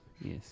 yes